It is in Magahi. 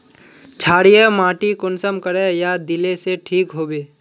क्षारीय माटी कुंसम करे या दिले से ठीक हैबे?